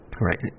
Right